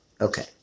Okay